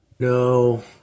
No